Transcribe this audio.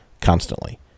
constantly